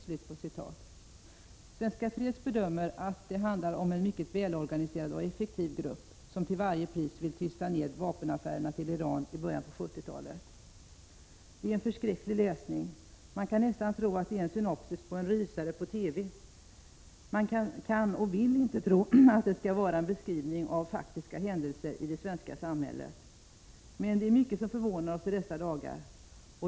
Svenska fredsoch skiljedomsföreningen bedömer att det handlär om en 53 mycket välorganiserad och effektiv grupp som till varje pris vill tysta ner vapenaffärerna till Iran i början av 1970-talet. Det är en förskräcklig läsning. Man kan nästan tro att det är en synopsis på en rysare på TV. Man kan och vill inte tro att det skall vara en beskrivning av faktiska händelser i det svenska samhället. Men det är ju mycket som förvånar oss i dessa dagar.